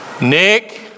Nick